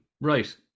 Right